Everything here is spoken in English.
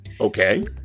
Okay